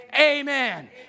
Amen